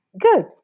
Good